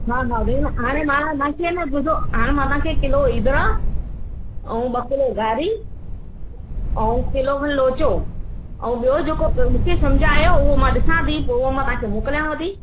हा हा भेण हाणे मां तव्हांखे न ॿुधो हा मां तव्हांखे किलो इदड़ा ऐं ॿ किलो घारी ऐं किलो खनि लोचो ऐं ॿियों जेको मूंखे समुझु आयो उहो मां ॾिसां थी उहो मां तव्हांखे मोकिलियांव थी